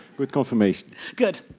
good confirmation. good.